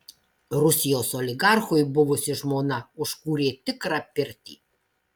rusijos oligarchui buvusi žmona užkūrė tikrą pirtį